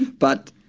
but